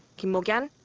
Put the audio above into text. kim mok-yeon,